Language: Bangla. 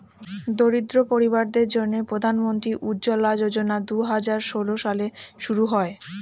দরিদ্র পরিবারদের জন্যে প্রধান মন্ত্রী উজ্জলা যোজনা দুহাজার ষোল সালে শুরু হয়